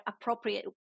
appropriate